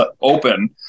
open